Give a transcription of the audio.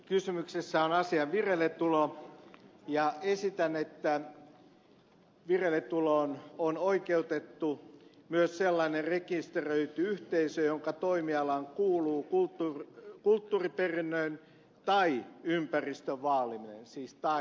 kysymyksessä on asian vireilletulo ja esitän että vireilletuloon on oikeutettu myös sellainen rekisteröity yhteisö jonka toimialaan kuuluu kulttuuriperinnön tai ympäristön vaaliminen